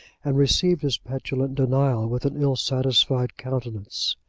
and received his petulant denial with an ill-satisfied countenance.